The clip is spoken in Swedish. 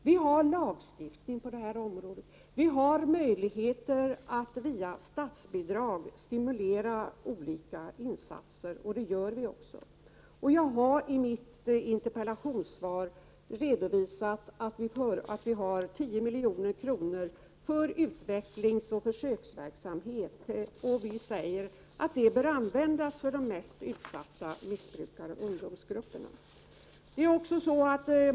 Vi har en lagstiftning på detta område. Vi har möjligheter att via statsbidrag stimulera till olika insatser, och det gör vi också. I interpellationssvaret har jag redovisat att vi har anslagit 10 milj.kr. för utvecklingsoch försöksverksamhet att användas för de mest utsatta missbrukaroch ungdomsgrupperna.